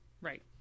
Right